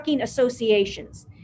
associations